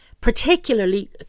Particularly